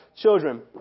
children